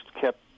kept